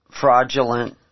fraudulent